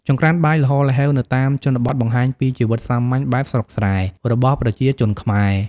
ចង្រ្កានបាយល្ហល្ហេវនៅតាមជនបទបង្ហាញពីជីវិតសាមញ្ញបែបស្រុកស្រែរបស់ប្រជាជនខ្មែរ។